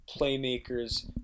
playmakers